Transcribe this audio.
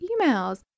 emails